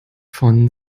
von